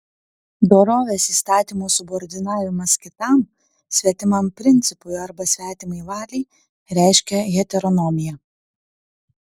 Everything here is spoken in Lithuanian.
dorovės įstatymo subordinavimas kitam svetimam principui arba svetimai valiai reiškia heteronomiją